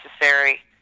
necessary